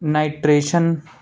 nitration